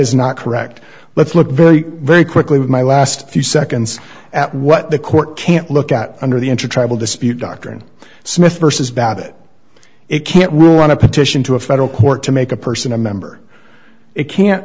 is not correct let's look very very quickly with my last few seconds at what the court can't look at under the intertribal dispute doctrine smith versus babbitt it can't rule on a petition to a federal court to make a person a member it can